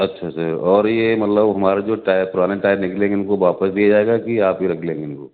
اچھا سر اور یہ مطلب ہمارے جو ٹائر پرانے ٹائر نکلیں گے ان کو واپس دیا جائے گا کہ آپ ہی رکھ لیں گے ان کو